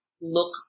look